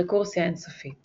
רקורסיה אינסופית